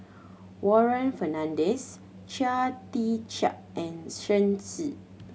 Warren Fernandez Chia Tee Chiak and Shen